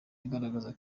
agaragaza